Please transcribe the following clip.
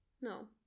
No